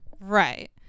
Right